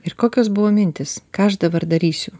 ir kokios buvo mintys ką aš dabar darysiu